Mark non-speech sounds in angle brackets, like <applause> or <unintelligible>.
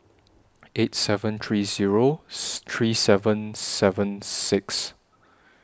eight seven three Zero <unintelligible> three seven seven six